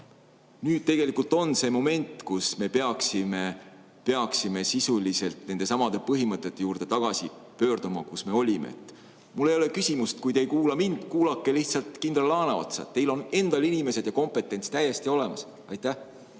Nüüd tegelikult on see moment, kus me peaksime sisuliselt nendesamade põhimõtete juurde tagasi pöörduma, kus me olime. Mul ei ole küsimust. Kui te ei kuula mind, kuulake lihtsalt kindral Laaneotsa. Teil on endal inimesed ja kompetents täiesti olemas. Keit